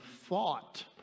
thought